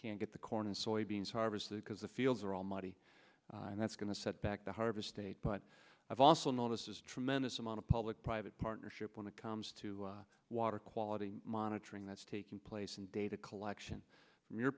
can't get corn and soybeans harvested because the fields are all muddy and that's going to set back the harvest state but i've also noticed a tremendous amount of public private partnership when it comes to water quality monitoring that's taking place and data collection from your